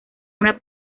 una